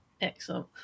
excellent